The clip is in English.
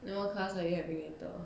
then what class are you having later